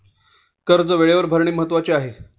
कर्ज वेळेवर भरणे महत्वाचे आहे